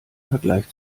vergleich